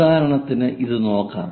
ഉദാഹരണത്തിന് ഇതു നോക്കാം